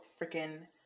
freaking